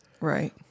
Right